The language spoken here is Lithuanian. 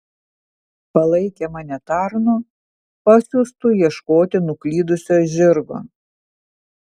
palaikė mane tarnu pasiųstu ieškoti nuklydusio žirgo